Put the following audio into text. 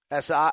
SI